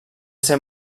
ser